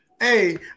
Hey